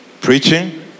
Preaching